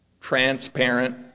transparent